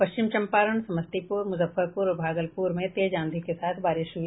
पश्चिम चंपारण समस्तीपुर मुजफ्फरपुर और भागलपुर में तेज आंधी के साथ बारिश हुई